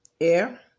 air